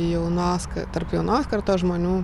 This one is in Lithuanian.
jaunos ka tarp jaunos kartos žmonių